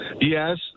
Yes